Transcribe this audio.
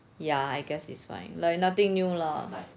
ya I guess is fine like nothing new lah